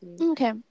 Okay